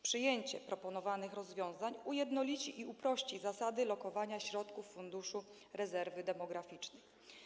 Przyjęcie proponowanych rozwiązań ujednolici i uprości zasady lokowania środków Funduszu Rezerwy Demograficznej.